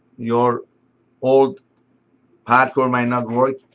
your old password might not work.